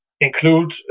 include